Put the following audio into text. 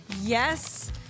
Yes